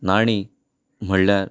नाणीं म्हणल्यार